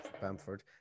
Bamford